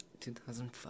2005